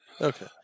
Okay